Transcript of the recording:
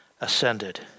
ascended